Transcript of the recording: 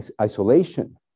isolation